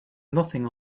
nothing